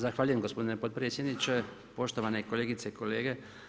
Zahvaljujem gospodine potpredsjedniče, poštovane kolegice i kolege.